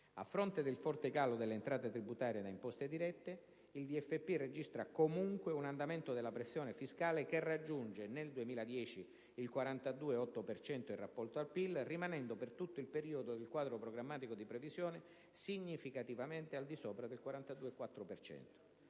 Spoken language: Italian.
A fronte del forte calo delle entrate tributarie da imposte dirette, la DFP registra comunque un andamento della pressione fiscale che raggiunge nel 2010 il 42,8 per cento in rapporto al PIL, rimanendo per tutto il periodo del quadro programmatico di previsione significativamente al di sopra del 42,4